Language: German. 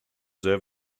sehr